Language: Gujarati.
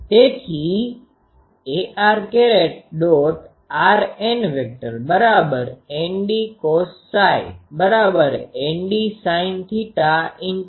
તેથી ar ·rnndcosᴪ nd sinθ cosΦ